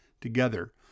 together